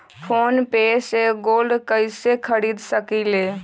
Phone पे से गोल्ड कईसे खरीद सकीले?